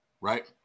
right